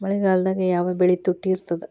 ಮಳೆಗಾಲದಾಗ ಯಾವ ಬೆಳಿ ತುಟ್ಟಿ ಇರ್ತದ?